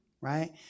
right